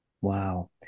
Wow